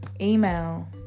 email